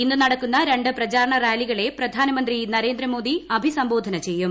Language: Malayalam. ഇന്ന് നടക്കുന്ന രണ്ട് പ്രചാരണ റാലികളെ പ്രധാനമന്ത്രി നരേന്ദ്രമോദി അഭിസംബോധന ചെയ്യും